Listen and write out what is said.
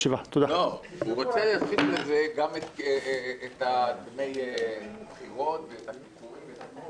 בשעה 13:50.